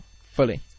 fully